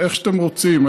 איך שאתם רוצים.